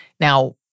Now